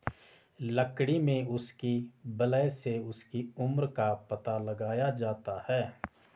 लकड़ी में उसकी वलय से उसकी उम्र का पता लगाया जाता है